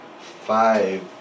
five